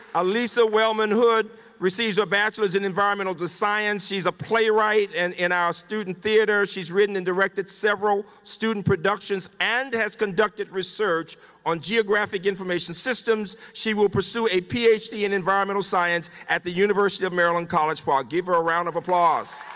alyssa wellman-houde receives her bachelor's in environmental science. she's a playwright. and in our student theatre, she's written and directed several student productions and has conducted research on geographic information systems. she will pursue a ph d. in environmental science at the university of maryland, college park. give her a round of applause.